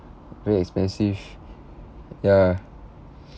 very expensive ya